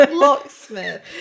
Locksmith